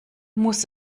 muss